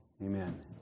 Amen